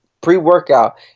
pre-workout